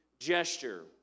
gesture